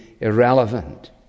irrelevant